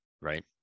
right